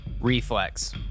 Reflex